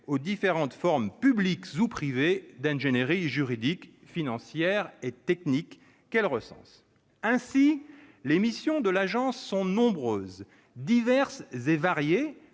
aux différentes formes, publiques ou privées, d'ingénierie juridique, financière et technique, qu'elle recense. » Ainsi, les missions de l'agence sont nombreuses, diverses et variées,